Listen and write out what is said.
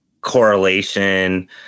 correlation